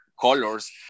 colors